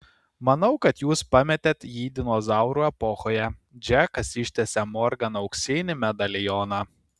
manau kad jūs pametėt jį dinozaurų epochoje džekas ištiesė morgan auksinį medalioną